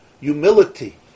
humility